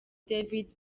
david